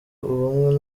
ubumwe